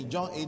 John